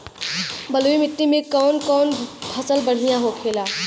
बलुई मिट्टी में कौन कौन फसल बढ़ियां होखेला?